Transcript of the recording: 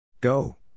Go